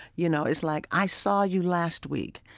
you know, it's like, i saw you last week.